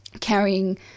carrying